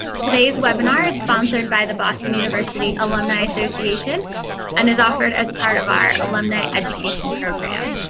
today's webinar is sponsored by the boston university alumni association and is offered as part of our alumni education program.